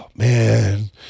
man